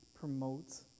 promotes